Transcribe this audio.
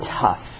tough